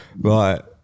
right